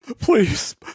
please